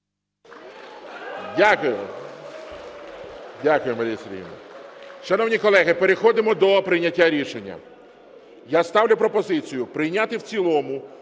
Дякую. Дякую, Марія Сергіївна. Шановні колеги, переходимо до прийняття рішення. Я ставлю пропозицію прийняти в цілому